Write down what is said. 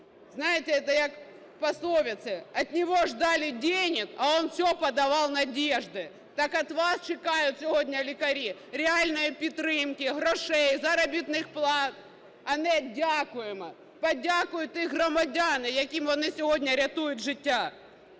Знаєте, це як в пословиці: "От него ждали денег, а он все подавал надежди". Так від вас чекають сьогодні лікарі реальної підтримки, грошей, заробітних плат, а не "дякуємо". Подякують ті громадяни, яким вони сьогодні рятують життя.